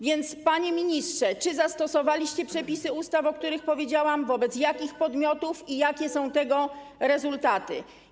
Więc, panie ministrze: Czy zastosowaliście przepisy ustaw, o których powiedziałam, wobec jakich podmiotów i jakie są tego rezultaty?